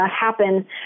happen